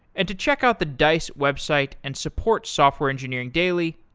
and to check out the dice website and support software engineering daily,